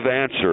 answer